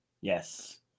Yes